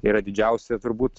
yra didžiausia turbūt